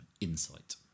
insight